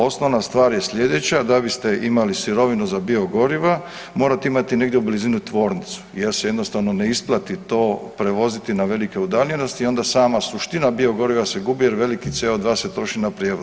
Osnovna stvar je sljedeća, da biste imali sirovinu za biogoriva morate imati negdje u blizini tvornicu jer se jednostavno ne isplati to prevoziti na velike udaljenosti i onda sama suština biogoriva se gubi jer veliki CO2 se troši na prijevoz.